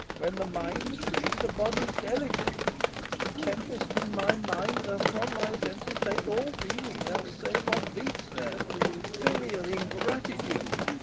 when the mind's free, the body's delicate the tempest in my mind doth from my senses take all feeling else save what beats there filial ingratitude!